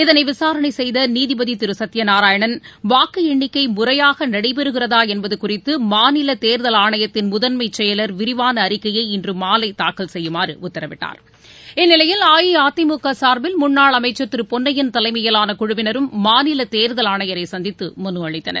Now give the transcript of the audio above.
இதனை விசாரணை செய்த நீதிபதி திரு சத்திய நாராயணன் வாக்கு எண்ணிக்கை முறையாக நடைபெறுகிறதா என்பது குறித்து மாநில தேர்தல் ஆணையத்தின் முதன்மை செயலர் விரிவான அறிக்கையை இன்று மாலை தாக்கல் செய்யுமாறு உத்தரவிட்டார் இந்நிலையில் அஇஅதிமுக சார்பில் முன்னாள் அமைச்சர் திரு பொன்னையன் தலைமையிலான குழுவினரும் மாநில தேர்தல் ஆணையரை சந்தித்து மனு அளித்தனர்